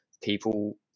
people